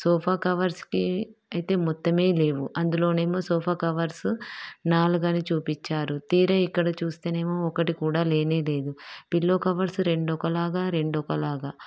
sofa కవర్స్కి అయితే మొత్తమే లేవు అందులో నేమో సోఫా కవర్సు నాలుగని చూపించారు తీరా ఇక్కడ చూస్తేనేమో ఒకటి కూడా లేనే లేదు పిల్లో కవర్సు రెండు ఒకలాగా రెండు ఒకలాగా